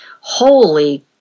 Holy